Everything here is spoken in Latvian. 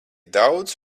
daudz